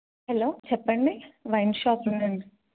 hello చెప్పండి wine షాపేనండి